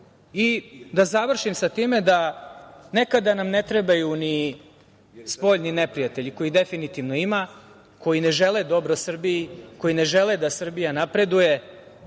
završim sa time da nam nekada ne trebaju ni spoljni neprijatelji, kojih definitivno ima, koji ne žele dobro Srbiji, koji ne žele da Srbija napreduje.